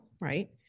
right